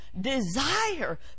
desire